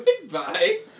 Goodbye